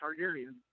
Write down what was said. Targaryen